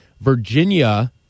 Virginia